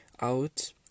out